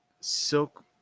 silk